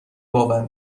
باور